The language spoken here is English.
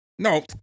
No